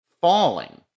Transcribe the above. falling